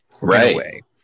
Right